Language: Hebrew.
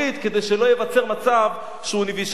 כדי שלא ייווצר מצב שהוא נביא שקר.